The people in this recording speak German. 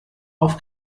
auf